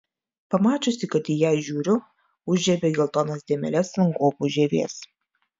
pamačiusi kad į ją žiūriu užžiebė geltonas dėmeles ant guobų žievės